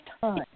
time